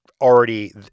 already